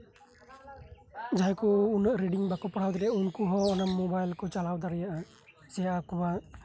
ᱡᱟᱦᱟᱸᱭ ᱠᱚ ᱩᱱᱟᱹᱜ ᱨᱮᱰᱤᱝ ᱵᱟᱠᱚ ᱯᱟᱲᱦᱟᱣ ᱫᱟᱲᱮᱭᱟᱜ ᱩᱱᱠᱩ ᱦᱚᱸ ᱚᱱᱟ ᱢᱳᱵᱟᱭᱤᱞ ᱠᱚ ᱪᱟᱞᱟᱣ ᱫᱟᱲᱮᱭᱟᱜᱼᱟ ᱥᱮ ᱟᱠᱚᱣᱟᱜ ᱡᱟᱦᱟᱸ ᱛᱮᱞᱟ ᱠᱚ ᱢᱮᱱᱟᱜ ᱠᱟᱫᱟ